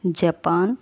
Japan